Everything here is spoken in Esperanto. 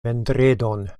vendredon